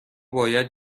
باید